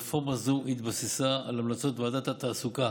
רפורמה זו התבססה על המלצות ועדת התעסוקה